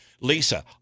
Lisa